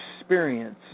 experience